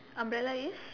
umbrella is